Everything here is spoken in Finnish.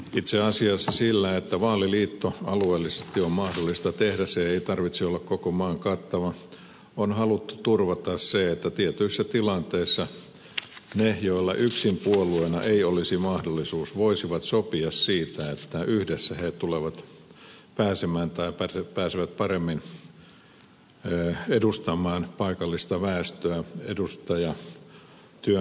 itse asiassa sillä että vaaliliitto alueellisesti on mahdollista tehdä sen ei tarvitse olla koko maan kattava on haluttu turvata se että tietyissä tilanteissa ne joilla yksin puolueena ei olisi mahdollisuutta voisivat sopia siitä että yhdessä he pääsevät paremmin edustamaan paikallista väestöä edustajatyön kautta